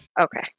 Okay